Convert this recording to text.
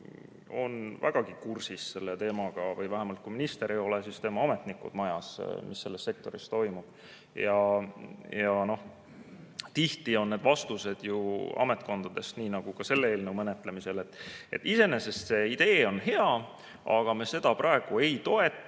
on vägagi kursis selle teemaga või vähemalt, kui minister ei tea, siis tema ametnikud majas teavad, mis selles sektoris toimub. Tihti on need vastused ju ametkondades, nii nagu ka selle eelnõu menetlemisel. Iseenesest see idee on hea, aga me seda praegu ei toeta,